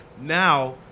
Now